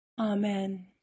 Amen